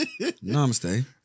Namaste